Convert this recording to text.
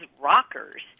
rockers